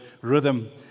rhythm